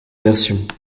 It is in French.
versions